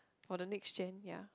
for the next gen ya